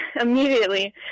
immediately